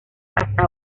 hasta